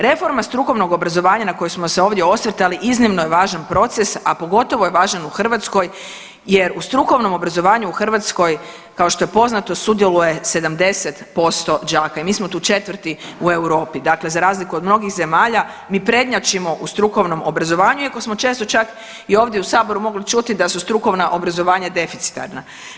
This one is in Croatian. Reforma strukovnog obrazovanja na koje smo se ovdje osvrtali iznimno je važan proces, a pogotovo je važan u Hrvatskoj jer u strukovnom obrazovanju u Hrvatskoj kao što je poznato sudjeluje 70% đaka i mi smo tu četvrti u Europi, dakle za razliku od mnogih zemalja mi prednjačimo u strukovnom obrazovanju iako smo često čak i ovdje u saboru mogli čuti da su strukovna obrazovanja deficitarna.